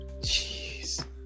Jeez